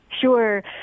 Sure